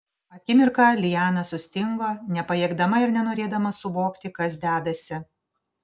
akimirką liana sustingo nepajėgdama ir nenorėdama suvokti kas dedasi